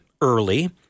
early